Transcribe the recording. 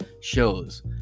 shows